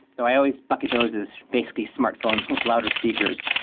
though i always bucket those as basically smartphones with louder speakers,